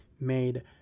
made